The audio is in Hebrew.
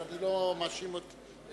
אבל אני לא מאשים את אדוני,